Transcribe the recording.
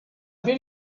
will